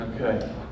okay